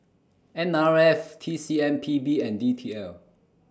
N R F T C M P B and D T L